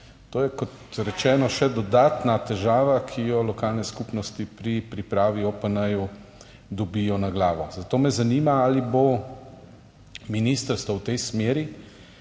To je, kot rečeno, še dodatna težava, ki jo lokalne skupnosti pri pripravi OPN dobijo na glavo. Zato me zanima: Ali bo ministrstvo storilo